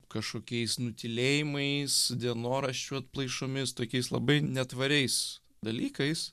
kažkokiais nutylėjimais dienoraščių atplaišomis tokiais labai netvariais dalykais